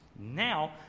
Now